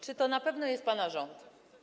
Czy to na pewno jest pana rząd?